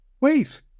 Wait